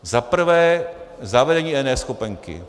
Za prvé, zavedení eNeschopenky.